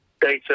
data